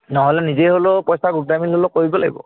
নহ'লে নিজে হ'লেও পইচা গোটাই মেলি হ'লেও কৰিব লাগিব